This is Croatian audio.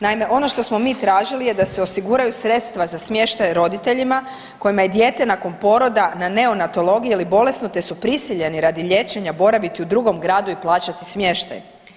Naime, ono što smo mi tražili je da se osiguraju sredstva za smještaj roditeljima kojima je dijete nakon poroda na neonatologiji ili bolesnu te su prisiljeni radi liječenja boraviti u drugom gradu i plaćati smještaj.